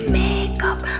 makeup